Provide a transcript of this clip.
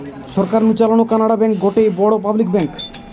সরকার নু চালানো কানাড়া ব্যাঙ্ক গটে বড় পাবলিক ব্যাঙ্ক